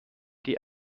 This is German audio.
die